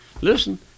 Listen